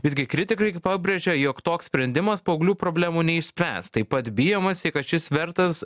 visgi kritikai pabrėžia jog toks sprendimas paauglių problemų neišspręs taip pat bijomasi kad šis vertas